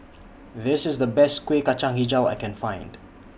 This IS The Best Kuih Kacang Hijau that I Can Find